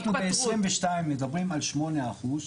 שאנחנו ב-22 מדברים על 8%,